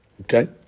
Okay